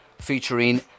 featuring